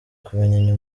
kumenya